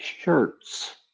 shirts